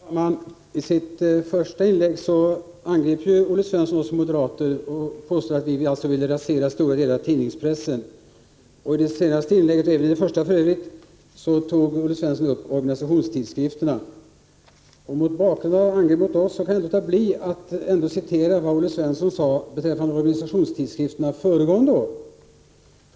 Herr talman! I sitt första inlägg angrep Olle Svensson oss moderater och påstod att vi ville rasera stora delar av tidningspressen. I sitt senaste inlägg — för övrigt även i sitt första — tog Olle Svensson upp organisationstidskrifterna. Mot bakgrund av att han angrep oss kan jag inte låta bli att citera vad Olle Svensson sade beträffande organisationstidskrifterna föregående år.